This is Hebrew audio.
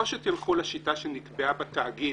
או שתלכו לשיטה שנקבעה בתאגיד,